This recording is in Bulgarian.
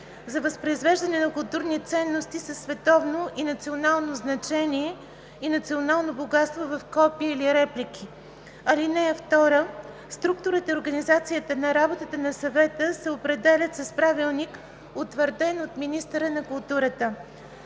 за възпроизвеждане на културни ценности със световно и национално значение и национално богатство в копия или реплики. (2) Структурата и организацията на работа на съвета се определят с правилник, утвърден от министъра на културата.